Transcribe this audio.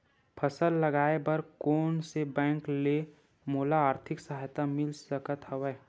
फसल लगाये बर कोन से बैंक ले मोला आर्थिक सहायता मिल सकत हवय?